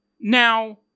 Now